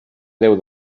déu